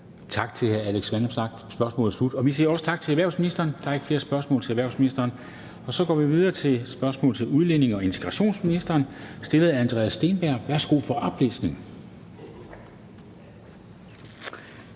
Tak til hr. Alex Vanopslagh. Spørgsmålet er slut. Vi siger også tak til erhvervsministeren. Der er ikke flere spørgsmål til erhvervsministeren. Så går vi videre til et spørgsmål til udlændinge- og integrationsministeren, der er stillet af hr. Andreas Steenberg. Kl. 14:05 Spm. nr.